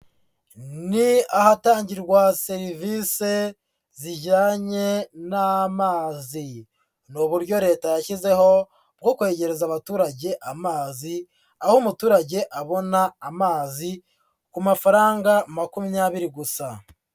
Ni ahatangirwa serivisi zijyanye n'amazi. Ni uburyo Leta yashyizeho bwo kwegereza abaturage amazi, aho umuturage abona amazi ku mafaranga makumyabiri gusa.